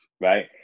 right